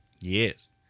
Yes